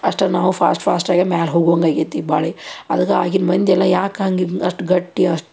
ಅಷ್ಟೇ ನಾವು fast fast ಆಗಿ ಮ್ಯಾಲೆ ಹೋಗುವಂಗೆ ಆಗೈತಿ ಭಾಳೆ ಅದಕ್ಕೆ ಆಗಿನ ಮಂದಿ ಎಲ್ಲ ಯಾಕೆ ಹಂಗೆ ಅಷ್ಟು ಗಟ್ಟಿ ಅಷ್ಟು